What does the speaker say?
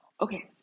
Okay